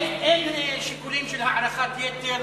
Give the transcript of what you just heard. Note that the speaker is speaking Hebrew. אין שיקולים של הערכת יתר,